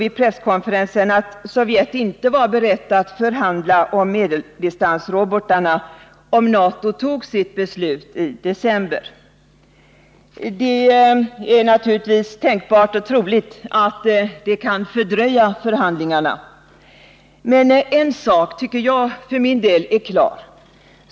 Vid presskonferensen uttalade Gromyko att Sovjet inte var berett att förhandla om medeldistansrobotarna om NATO tog sitt beslut i november. Det är naturligtvis tänkbart och troligt att detta kan fördröja förhandlingarna. Men en sak tycker jag för min del är klar.